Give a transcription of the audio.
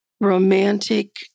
romantic